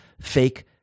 fake